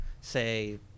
say